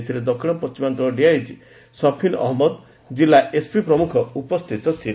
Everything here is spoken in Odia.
ଏଥିରେ ଦକ୍ଷିଣ ପଣିମାଞ୍ଞଳ ଡିଆଇଜି ସଫିନ ଅହମ୍ନଦ ଜିଲ୍ଲା ଏସପି ପ୍ରମୁଖ ଉପସ୍ଥିତ ଥିଲେ